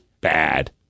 bad